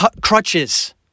Crutches